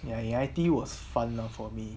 ya ya I_T_E was fun lah for me